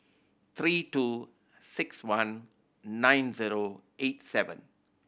three two six one nine zero eight seven